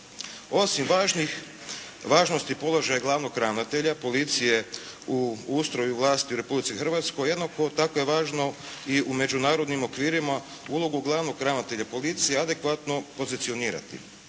Osim važnosti položaja glavnog ravnatelja policije u ustroju vlasti u Republici Hrvatskoj jednako tako je važno i u međunarodnim okvirima ulogu glavnog ravnatelja policije adekvatno pozicionirati.